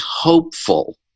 hopeful